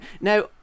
Now